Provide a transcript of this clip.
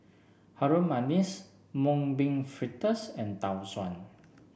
Harum Manis Mung Bean Fritters and Tau Suan